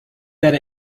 that